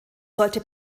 sollte